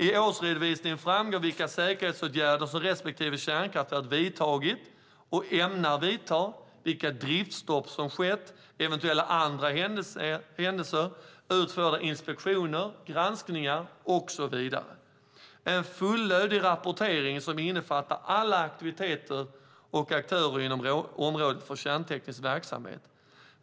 Av årsredovisningen framgår vilka säkerhetsåtgärder som respektive kärnkraftverk har vidtagit och ämnar vidta, vilka driftsstopp som skett, eventuella andra händelser, utförda inspektioner, granskningar och så vidare. Det är en fullödig rapportering som innefattar alla aktiviteter och aktörer inom området för kärnteknisk verksamhet.